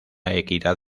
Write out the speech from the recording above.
equidad